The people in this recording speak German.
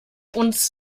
uns